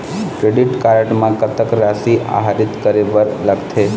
Credit card म कतक राशि आहरित करे बर लगथे?